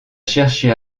cherché